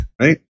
Right